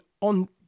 on